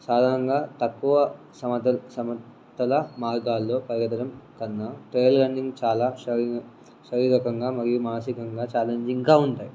సాధారణంగా తక్కువత్తతడం కన్నా ట్రైయిల్ రన్నింగ్ చాలా శరీ శారీరకంగా మరియు మానసికంగా ఛాలెంజింగ్గా ఉంటాయి